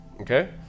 okay